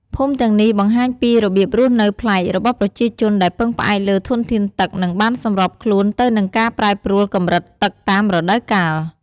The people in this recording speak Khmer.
ភូមិទាំងនេះបង្ហាញពីរបៀបរស់នៅប្លែករបស់ប្រជាជនដែលពឹងផ្អែកលើធនធានទឹក និងបានសម្របខ្លួនទៅនឹងការប្រែប្រួលកម្រិតទឹកតាមរដូវកាល។